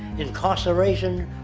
incarceration,